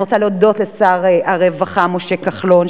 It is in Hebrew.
אני רוצה להודות לשר הרווחה משה כחלון,